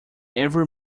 every